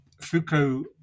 Foucault